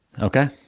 Okay